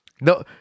no